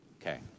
Okay